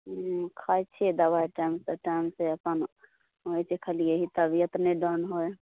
हूँ खाइ छियै दबाइ टाइम से टाइम से अपन होइ छै यही खाली तबियत नहि डाउन होइ